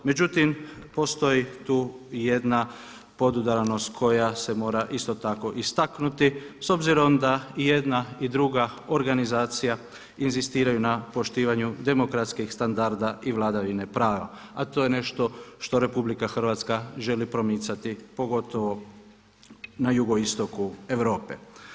Međutim, postoji tu i jedna podudarnost koja se mora isto tako istaknuti s obzirom da i jedna i druga organizacija inzistiraju na poštivanju demokratskih standarda i vladavine prava, a to je nešto što Republika Hrvatska želi promicati pogotovo na jugoistoku Europe.